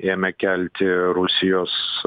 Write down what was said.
ėmė kelti rusijos